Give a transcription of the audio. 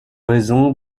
raison